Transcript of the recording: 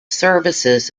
services